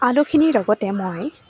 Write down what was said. আলুখিনিৰ লগতে মই